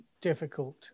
difficult